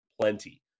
plenty